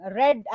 red